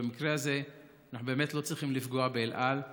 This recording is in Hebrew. שבמקרה הזה אנחנו באמת לא צריכים לפגוע באל על,